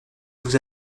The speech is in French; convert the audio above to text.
vous